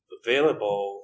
available